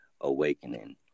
awakening